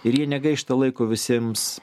ir jie negaišta laiko visiems